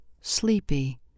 sleepy